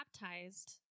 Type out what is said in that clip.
baptized